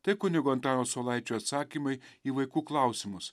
tai kunigo antano saulaičio atsakymai į vaikų klausimus